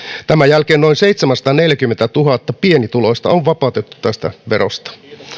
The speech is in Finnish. tämän jälkeen noin seitsemänsataaneljäkymmentätuhatta pienituloista on vapautettu tästä verosta